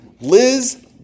Liz